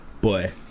boy